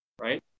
right